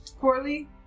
poorly